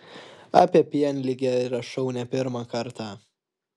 apie pienligę rašau ne pirmą kartą